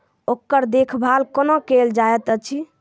ओकर देखभाल कुना केल जायत अछि?